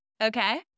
Okay